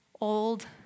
old